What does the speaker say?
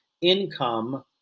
income